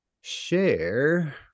Share